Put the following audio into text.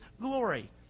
glory